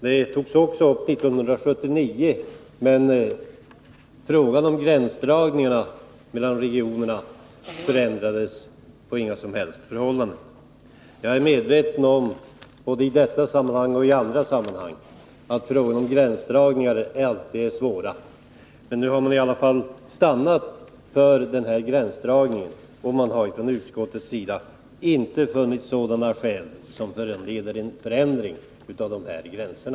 Den togs också upp 1979, men gränserna mellan regionerna förändrades då inte i något avseende. Jag är medveten om att gränsdragningar — både i detta och i andra sammanhang — alltid är svåra att göra. Nu har man emellertid i det här fallet stannat för denna gränsdragning, och utskottet har inte funnit att skäl föreligger för en förändring av den.